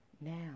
Now